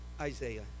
Isaiah